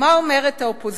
מה אומרת האופוזיציה?